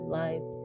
life